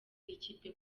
ikipe